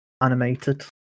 animated